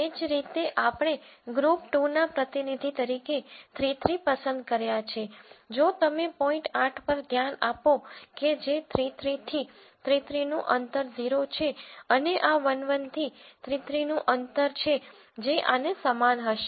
એ જ રીતે આપણે ગ્રુપ 2 ના પ્રતિનિધિ તરીકે 3 3 પસંદ કર્યા છે જો તમે પોઇન્ટ આઠ પર ધ્યાન આપો કે જે 3 3 થી 3 3 નું અંતર 0 છે અને આ 1 1 થી 3 3 નું અંતર છે જે આને સમાન હશે